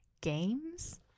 games